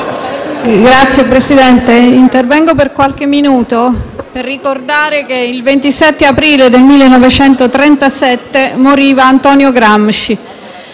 Signor Presidente, intervengo per qualche minuto per ricordare che il 27 aprile del 1937 moriva Antonio Gramsci,